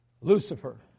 Lucifer